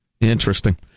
interesting